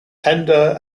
tender